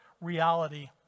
reality